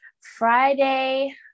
Friday